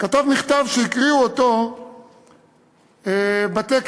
מכתב שהקריאו אותו בטקס.